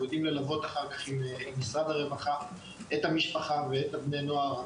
אנחנו יודעים ללוות אחר-כך עם משרד הרווחה את המשפחה ואת בני הנוער.